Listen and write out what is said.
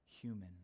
human